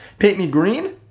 paint me green.